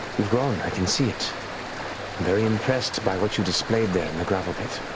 you've grown, i can see it. i'm very impressed by what you displayed there in the gravel pit.